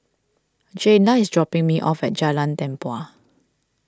Jayda is dropping me off at Jalan Tempua